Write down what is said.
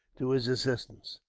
to his assistance.